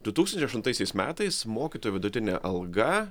du tūkstančiai aštuntaisiais metais mokytojų vidutinė alga